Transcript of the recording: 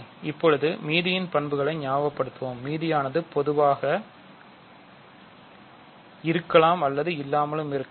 இப்பொழுது மீதியின் பண்புகளை ஞாபகப்படுத்துவோம் மீதியானது பொதுவாக 0 ஆக இருக்கலாம் அல்லது இல்லாமல் இருக்கலாம்